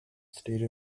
state